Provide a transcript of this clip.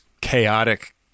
chaotic